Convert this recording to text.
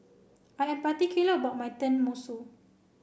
I am particular about my Tenmusu